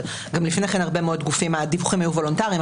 אבל גם לפני כן בהרבה מאוד גופים הדיווחים היו וולונטריים,